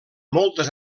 moltes